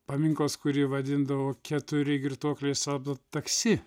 paminklas kurį vadindavo keturi girtuokliai stabdo taksi